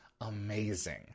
amazing